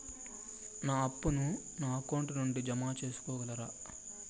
నా అప్పును నా అకౌంట్ నుండి జామ సేసుకోగలరా?